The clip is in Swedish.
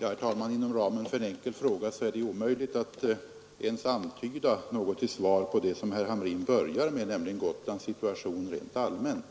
Herr talman! Inom ramen för en enkel fråga är det ju omöjligt att ens antyda något till svar på det som herr Hamrin började tala om, nämligen Gotlands situation rent allmänt.